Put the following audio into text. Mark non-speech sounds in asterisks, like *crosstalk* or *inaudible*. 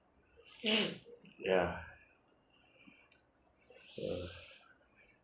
*noise* ya uh